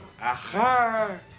Aha